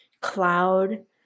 cloud